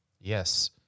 Yes